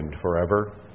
forever